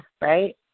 Right